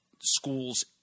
schools